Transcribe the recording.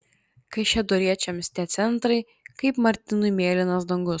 kaišiadoriečiams tie centrai kaip martynui mėlynas dangus